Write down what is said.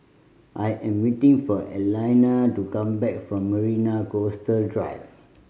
I am waiting for Alayna to come back from Marina Coastal Drive